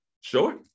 Sure